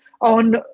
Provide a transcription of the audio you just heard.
on